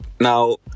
Now